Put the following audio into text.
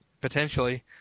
potentially